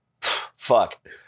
fuck